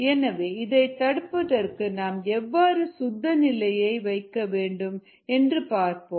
எனவே இதை தடுப்பதற்கு நாம் எவ்வாறு சுத்த நிலையை வைக்கவேண்டும் என்று பார்ப்போம்